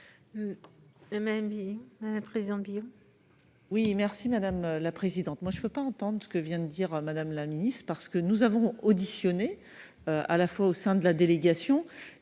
madame la présidente,